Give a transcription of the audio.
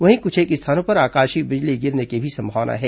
वहीं कुछेक स्थानों पर आकाशीय बिजली गिरने की भी संभावना है